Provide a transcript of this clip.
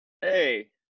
Hey